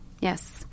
Yes